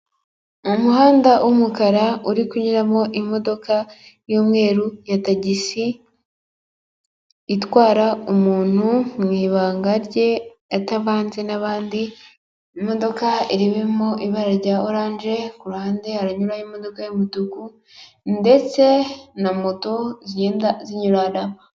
Umuhanda w'umukara uri kunyuramo imodoka y'umweru ya tagisi itwara umuntu mu ibanga rye atavanze n'abandi, imodoka irimo ibara rya oranje, ku ruhande haranyura imodoka y'umutuku ndetse na moto zigenda zinyuranaranamo.